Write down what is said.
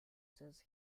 says